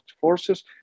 forces